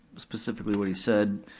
specifically what he said.